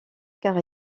car